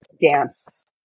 dance